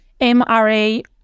MRA